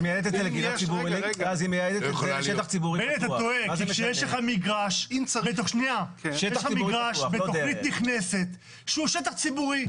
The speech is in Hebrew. כי כשיש לך מגרש בתוכנית נכנסת שהוא שטח ציבורי,